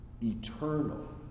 eternal